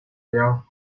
maya